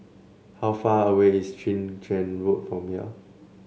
how far away is Chwee Chian Road from here